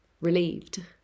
relieved